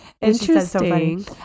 interesting